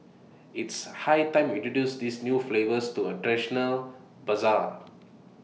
it's high time introduce these new flavours to A traditional Bazaar